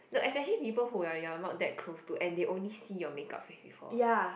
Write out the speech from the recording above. no especially people who you're you're not that close to and they only see your make up before